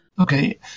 okay